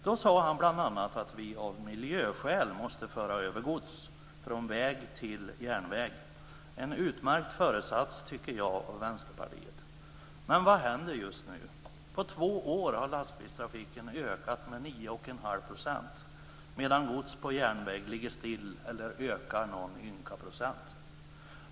Då sade han bl.a. att vi av miljöskäl måste föra över gods från väg till järnväg. En utmärkt föresats, tycker jag och Men vad händer just nu? På två år har lastbilstrafiken ökat med 9,5 % medan mängden gods på järnväg ligger stilla eller ökar någon ynka procent.